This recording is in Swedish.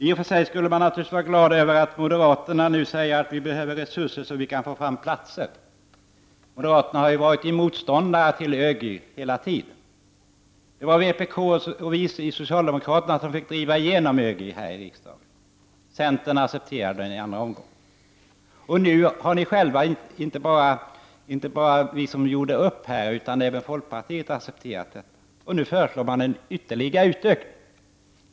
I och för sig skulle man naturligtvis vara glad över att moderaterna nu säger att vi behöver resurser så att vi kan få fram platser för försöksverksamheten. Moderaterna har ju varit motståndare till ÖGY hela tiden. Det var vpk och vi socialdemokrater som fick driva igenom ÖGY här i riksdagen. Centern accepterade reformen i en andra omgång. Nu har ni själva — inte bara vi som gjorde upp, utan även folkpartiet — accepterat detta. Man föreslår nu en ytterligare utökning av försöksverksamheten.